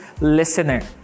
listener